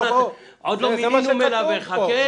עוד לא מינינו מלווה, חכה.